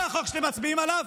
זה החוק שאתם מצביעים עליו,